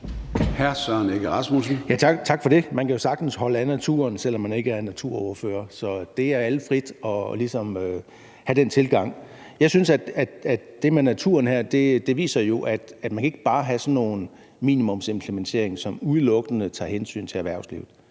Søren Egge Rasmussen (EL): Tak for det. Man kan jo sagtens holde af naturen, selv om man ikke er naturordfører. Så det står alle frit at have den tilgang. Jeg synes, at det med naturen her jo viser, at man ikke bare kan have sådan noget minimumsimplementering, som udelukkende tager hensyn til erhvervslivet.